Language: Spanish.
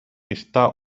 está